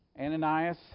Ananias